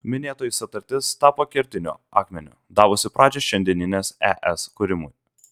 minėtoji sutartis tapo kertiniu akmeniu davusiu pradžią šiandienės es kūrimui